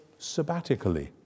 sabbatically